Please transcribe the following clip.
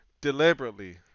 deliberately